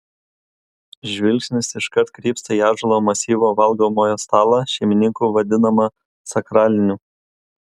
žvilgsnis iškart krypsta į ąžuolo masyvo valgomojo stalą šeimininkų vadinamą sakraliniu